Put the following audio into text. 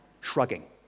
shrugging